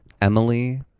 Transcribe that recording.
Emily